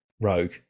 rogue